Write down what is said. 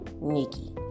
Nikki